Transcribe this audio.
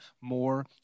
more